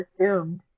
assumed